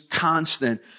constant